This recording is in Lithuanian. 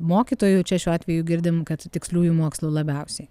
mokytojų čia šiuo atveju girdim kad tiksliųjų mokslų labiausiai